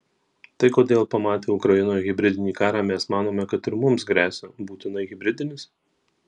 tai kodėl pamatę ukrainoje hibridinį karą mes manome kad ir mums gresia būtinai hibridinis